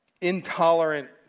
intolerant